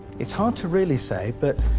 it's hard to really say but